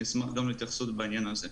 אני אשמח להתייחסות בעניין הזה.